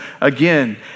again